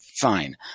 fine